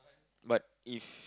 but if